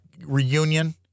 reunion